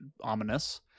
ominous